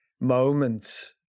moments